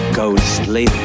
ghostly